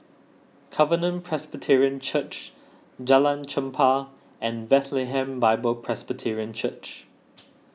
Covenant Presbyterian Church Jalan Chempah and Bethlehem Bible Presbyterian Church